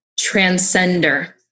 transcender